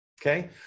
Okay